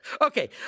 Okay